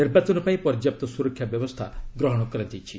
ନିର୍ବାଚନ ପାଇଁ ପର୍ଯ୍ୟାପ୍ତ ସୁରକ୍ଷା ବ୍ୟବସ୍ଥା ଗ୍ରହଣ କରାଯାଇଛି